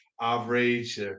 average